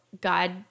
God